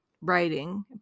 writing